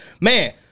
Man